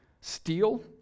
steal